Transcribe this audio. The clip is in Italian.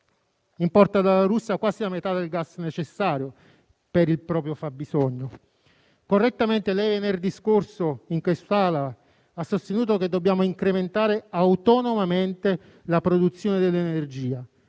importa dalla Russia quasi la metà del gas necessario per il proprio fabbisogno. Correttamente lei venerdì scorso, in quest'Aula, ha sostenuto che dobbiamo incrementare autonomamente la produzione dell'energia.